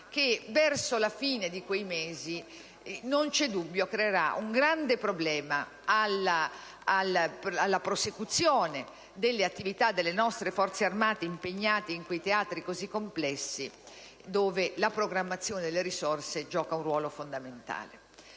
verso la fine di quei mesi, non c'è dubbio, creerà un grande problema alla prosecuzione delle attività delle nostre Forze armate impegnate in quei teatri così complessi dove la programmazione delle risorse gioca un ruolo fondamentale.